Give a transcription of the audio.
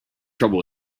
trouble